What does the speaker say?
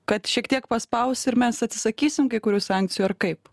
kad šiek tiek paspaus ir mes atsisakysim kai kurių sankcijų ar kaip